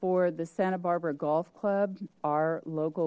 for the santa barbara golf club our local